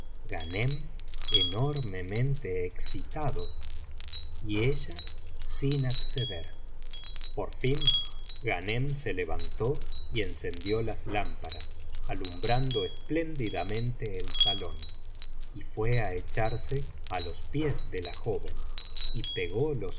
de ghanem y ella sin acceder por fin ghanem se levantó y encendió las lámparas alambrando espléndidamente el salón y fué á echarse á los pies de la joven y pegó los